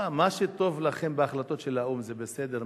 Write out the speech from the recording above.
מה שטוב לכם בהחלטות של האו"ם זה בסדר,